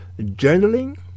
journaling